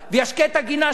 והוא ישקה את הגינה שלו,